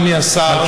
אדוני השר,